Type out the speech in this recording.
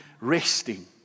resting